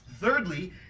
Thirdly